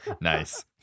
Nice